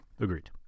Agreed